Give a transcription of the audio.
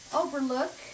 overlook